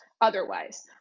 otherwise